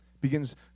begins